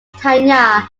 tanya